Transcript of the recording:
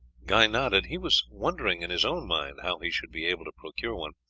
guy nodded. he was wondering in his own mind how he should be able to procure one.